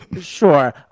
Sure